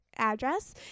address